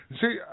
See